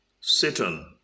Satan